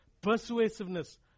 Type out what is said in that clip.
persuasiveness